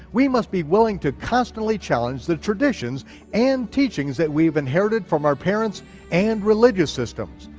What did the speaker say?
we must be willing to constantly challenge the traditions and teachings that we've inherited from our parents and religious systems,